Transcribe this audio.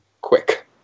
quick